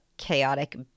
Chaotic